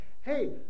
hey